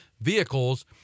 vehicles